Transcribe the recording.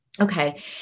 Okay